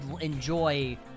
enjoy